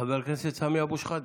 חבר הכנסת סמי אבו שחאדה,